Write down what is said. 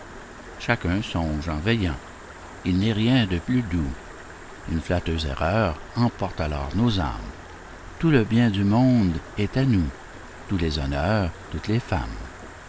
chacun songe en veillant il n'est rien de plus doux une flatteuse erreur emporte alors nos âmes tout le bien du monde est à nous tous les honneurs toutes les femmes